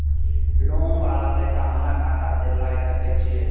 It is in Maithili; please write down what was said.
लोन वाला पैसा हमरा खाता से लाय सके छीये?